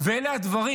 ואלה הדברים.